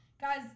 guys